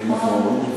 נכון,